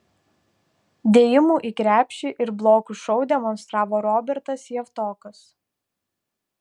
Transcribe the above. dėjimų į krepšį ir blokų šou demonstravo robertas javtokas